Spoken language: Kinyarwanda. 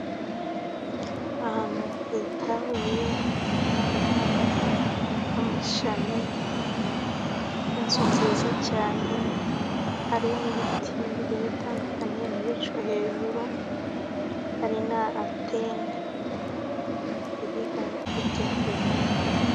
Ahantu hitaruye ku muhanda hari amashami, inzu nziza cyane, hari n'ibiti bigiye bitandukanye n'ibicu. Hejuru hari na antene biri hakurya ku ruhande.